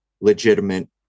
legitimate